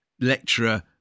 lecturer